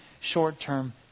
short-term